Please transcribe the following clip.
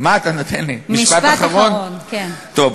טוב,